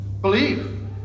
Believe